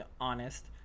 honest